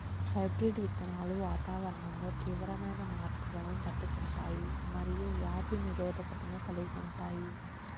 hybrid విత్తనాలు వాతావరణంలో తీవ్రమైన మార్పులను తట్టుకుంటాయి మరియు వ్యాధి నిరోధకతను కలిగి ఉంటాయి